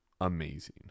amazing